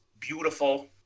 beautiful